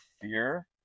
fear